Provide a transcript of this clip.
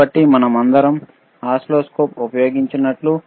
కాబట్టి మనమందరం ఓసిల్లోస్కోప్ ఉపయోగించినట్లు